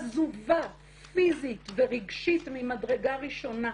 עזובה פיזית ורגשית ממדרגה ראשונה.